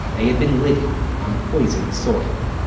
they had been living on poisoned soil.